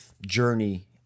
journey